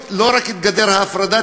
לא רק את גדר ההפרדה,